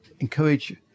encourage